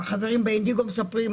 החברים באינדיגו מספרים,